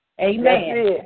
Amen